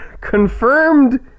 confirmed